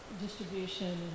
distribution